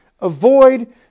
avoid